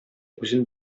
үзен